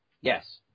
yes